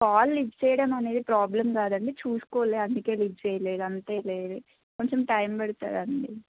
call lift చేయడం అనేది problem కాదండి చూసుకోలేదు అందుకే లిఫ్ చేయలేదు అంతే లేదు కొంచెం టైం పడుతుంది అండి